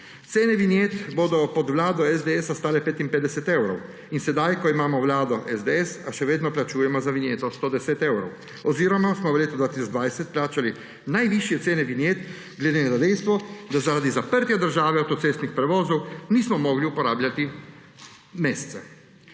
Cene vinjet bodo pod vlado SDS-a stale 55 evrov. In sedaj, ko imamo vlado SDS-a, še vedno plačujemo za vinjeto 110 evrov; oziroma smo v letu 2020 plačali najvišje cene vinjet glede na dejstvo, da zaradi zaprtja države avtocestnih prevozov nismo mogli uporabljati mesece.